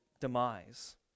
demise